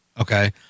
Okay